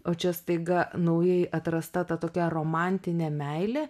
o čia staiga naujai atrasta ta tokia romantinė meilė